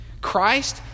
Christ